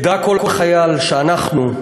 ידע כל חייל שאנחנו,